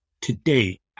today